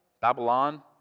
Babylon